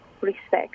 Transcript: respect